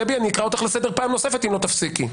דבי, אני אקרא אותך לסדר פעם נוספת אם לא תפסיקי.